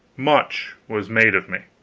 much was made of me.